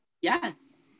Yes